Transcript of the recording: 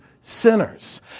sinners